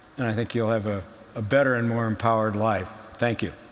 and i think you'll have ah a better and more empowered life. thank you.